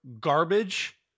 garbage